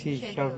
schedule